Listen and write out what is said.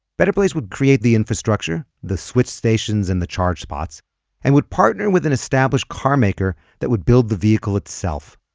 better place would create the infrastructure the switch stations and the charge spots and would partner with an established carmaker that would build the vehicle itself.